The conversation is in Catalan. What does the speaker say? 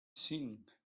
cinc